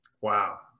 Wow